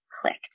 clicked